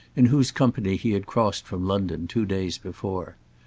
in whose company he had crossed from london two days before.